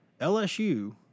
LSU –